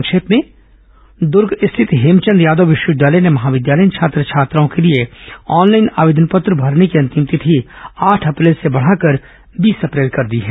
संक्षिप्त समाचार दुर्ग स्थित हेमचंद यादव विश्वविद्यालय ने महाविद्यालयीन छात्र छात्राओं के लिए ऑनलाइन आवेदन पत्र भरने की अंतिम तिथि आठ अप्रैल से बढ़ाकर बीस अप्रैल कर दी है